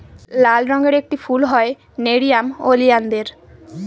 লাল রঙের একটি ফুল হয় নেরিয়াম ওলিয়ানদের